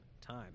time